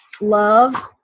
love